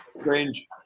strange